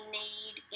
need